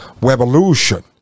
revolution